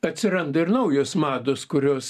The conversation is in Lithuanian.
atsiranda ir naujos mados kurios